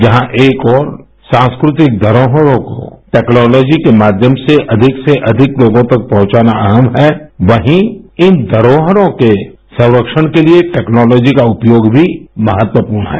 जहां एक और सांस्कृतिक धरोहरों को टेक्नोलोजी के माध्यम से अधिक से अधिक लोगों तक पहुंचाना अहम है वहीँ इन धरोहरों के संरक्षण के लिए टेक्नोलोजी का उपयोग भी महत्वपूर्ण है